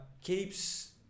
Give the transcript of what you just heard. keeps